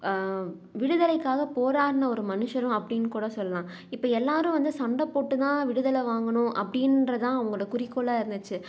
விடுதலைக்காக போராடின ஒரு மனுஷரும் அப்படின்னு கூட சொல்லலாம் இப்போ எல்லாேரும் வந்து சண்டை போட்டுதான் விடுதலை வாங்கணும் அப்படின்றதுதான் அவங்கோட குறிக்கோளாக இருந்துச்சு